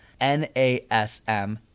NASM